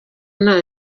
nta